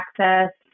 access